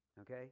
okay